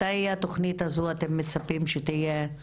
מתי אתם מצפים שהתוכנית הזו תהיה?